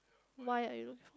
why